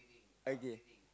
okay